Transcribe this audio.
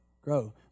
grow